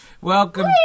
welcome